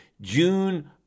June